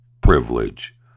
privilege